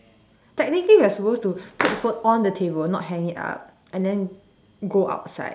technically we are supposed to put the phone on the table not hang it up and then go outside